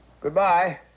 Goodbye